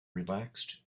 relaxed